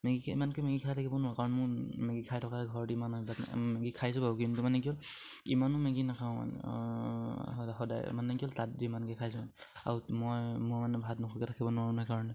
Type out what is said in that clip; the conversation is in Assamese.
মেগী ইমানকে মেগী খাই থাকিব নোৱাৰোঁ কাৰণ মোৰ মেগী খাই থকা ঘৰত ইমান অভ্যাস নাই মেগী খাইছোঁ বাৰু কিন্তু মানে ইমানো মেগী নাখাওঁ মানে সদায় মানে কি হ'ল তাত যিমানকে খাইছোঁ আৰু মই মোৰ মানে ভাত থাকিব নোৱাৰোঁ